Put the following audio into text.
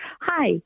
Hi